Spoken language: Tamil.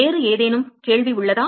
வேறு ஏதேனும் கேள்வி உள்ளதா